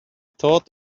thought